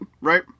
right